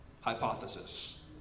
hypothesis